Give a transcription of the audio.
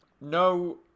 No